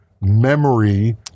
memory